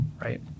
right